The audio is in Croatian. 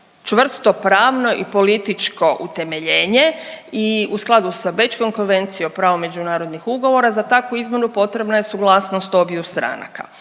čvrsto pravno i političko utemeljenje i u skladu sa Bečkom konvencijom o pravu međunarodnih ugovora za takvu izmjenu potrebna je suglasnost obiju stranaka.